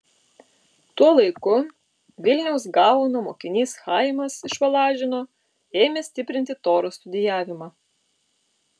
tuo laiku vilniaus gaono mokinys chaimas iš valažino ėmė stiprinti toros studijavimą